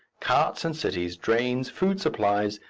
carts and cities, drains, food supply,